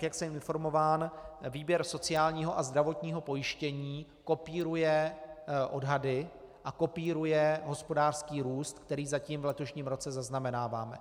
Jak jsem informován, výběr sociálního a zdravotního pojištění kopíruje odhady a kopíruje hospodářský růst, který zatím v letošním roce zaznamenáváme.